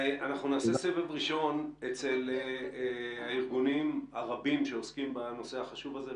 אנחנו נעשה סבב ראשון אצל הארגונים הרבים שעוסקים בנושא החשוב הזה..